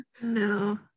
no